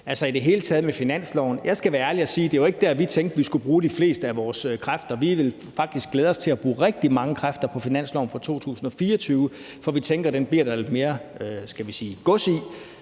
I det hele taget i forhold til finansloven skal jeg være ærlig og sige, at det ikke var der, vi tænkte at vi skulle bruge de fleste af vores kræfter. Vi vil faktisk glæde os til at bruge rigtig mange kræfter på finansloven for 2024, for vi tænker, at den bliver der lidt mere gods i – også